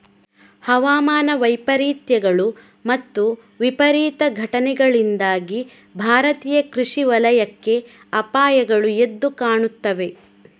ಹವಾಮಾನ ವೈಪರೀತ್ಯಗಳು ಮತ್ತು ವಿಪರೀತ ಘಟನೆಗಳಿಂದಾಗಿ ಭಾರತೀಯ ಕೃಷಿ ವಲಯಕ್ಕೆ ಅಪಾಯಗಳು ಎದ್ದು ಕಾಣುತ್ತವೆ